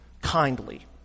kindly